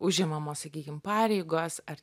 užimamos sakykim pareigos ar